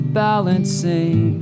balancing